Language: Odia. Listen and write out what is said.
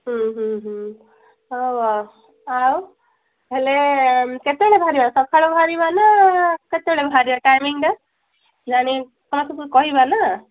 ହୁଁ ହୁଁ ହୁଁ ହଉ ଆଉ ଆଉ ହେଲେ କେତେବେଳେ ବାହାରିବା ସକାଳେ ବାହାରିବା ନା କେତେବେଳେ ବାହାରିବା ଟାଇମିଙ୍ଗ୍ ଟା ଜାଣି କାହାକୁ ପୁଣି କହିବା ନା